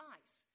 ice